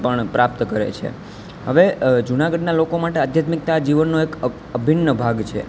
પણ પ્રાપ્ત કરે છે હવે જુનાગઢનાં લોકો માટે આધ્યાત્મિકતા જીવનનો એક અભિન્ન ભાગ છે